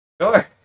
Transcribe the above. sure